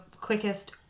quickest